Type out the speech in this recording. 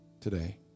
today